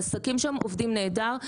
העסקים שם עובדים נהדר,